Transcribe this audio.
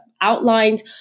outlined